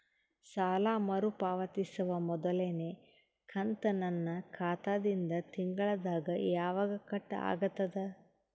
ಸಾಲಾ ಮರು ಪಾವತಿಸುವ ಮೊದಲನೇ ಕಂತ ನನ್ನ ಖಾತಾ ದಿಂದ ತಿಂಗಳದಾಗ ಯವಾಗ ಕಟ್ ಆಗತದ?